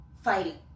Fighting